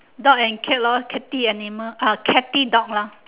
dog and cat lor catty animal ah catty dog lah